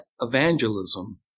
evangelism